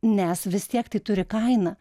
nes vis tiek tai turi kainą